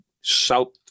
south